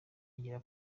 agirwa